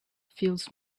fills